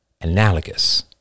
analogous